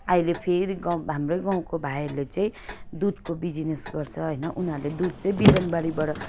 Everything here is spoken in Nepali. अहिले फेरि गाउँ हाम्रै गाउँको भाइहरूले चाहिँ दुधको बिजिनेस गर्छ होइन उनीहरूले दुध चाहिँ बिजनबारीबाट